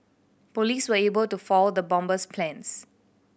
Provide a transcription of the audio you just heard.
police were able to foil the bomber's plans